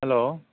hello